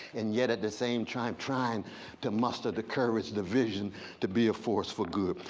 and yet at the same time trying to muster the courage, the vision to be a force for good.